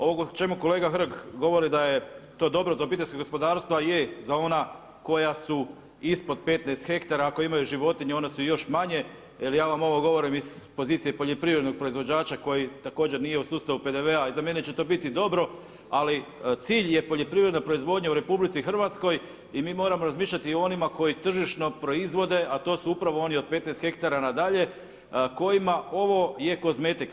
Ovo o čemu kolega Hrg govori da je to dobro za obiteljska gospodarstva je za ona koja su ispod 15 hektara, ako imaju životinje onda su još manje jer ja vam ovo govorim iz pozicije poljoprivrednog proizvođača koji također nije u sustavu PDV-a i za mene će to biti dobro ali cilj je poljoprivredna proizvodnja u RH i mi moramo razmišljati o onima koji tržišno proizvode a to su upravo oni od 15 hektara nadalje kojima ovo je kozmetika.